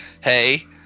hey